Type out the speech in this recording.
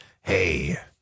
hey